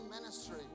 ministry